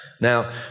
Now